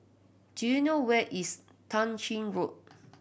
do you know where is Tah Ching Road